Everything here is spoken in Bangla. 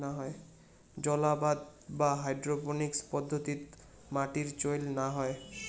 জলআবাদ বা হাইড্রোপোনিক্স পদ্ধতিত মাটির চইল না হয়